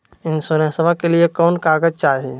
इंसोरेंसबा के लिए कौन कागज चाही?